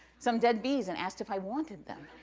some dead bees, and asked if i wanted them